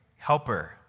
Helper